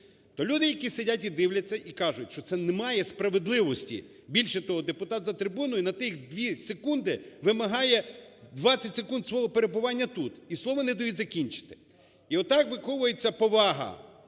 То люди, які сидять і дивляться, і кажуть, що це немає справедливості. Більше того, депутат за трибуною на тих 2 секунди вимагає 20 секунд свого перебування тут, і слово не дають закінчити. І отак виховується повага